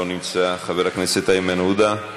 לא נמצא, חבר הכנסת איימן עודה,